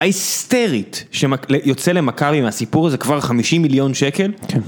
ההיסטרית שיוצא למכבי מהסיפור הזה כבר חמישים מיליון שקל? כן.